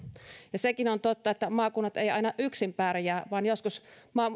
ja sekin on totta että maakunnat eivät aina yksin pärjää vaan joskus